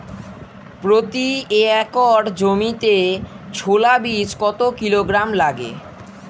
প্রতি একর জমিতে ছোলা বীজ কত কিলোগ্রাম লাগে?